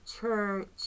church